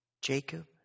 Jacob